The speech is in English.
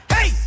Hey